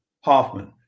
Hoffman